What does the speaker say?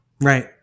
Right